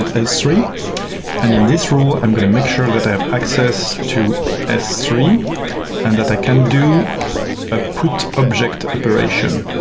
s three and in this rule, i'm going to make sure that i have access to s three, and that i can do a put object operation.